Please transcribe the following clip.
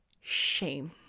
Shame